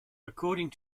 according